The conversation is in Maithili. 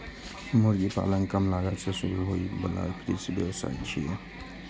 मुर्गी पालन कम लागत मे शुरू होइ बला कृषि व्यवसाय छियै